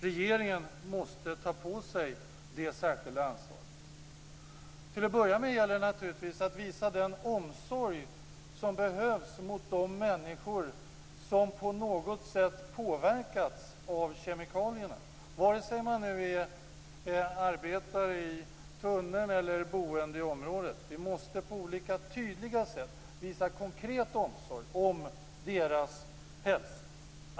Regeringen måste ta på sig det särskilda ansvaret. Till att börja med gäller det att visa den omsorg som behövs gentemot de människor som på något sätt påverkats av kemikalierna, vare sig det gäller arbetare i tunneln eller boende i området. Vi måste på olika tydliga sätt visa konkret omsorg om deras hälsa.